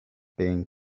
being